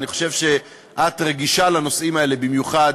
אני חושב שאת רגישה לנושאים האלה במיוחד,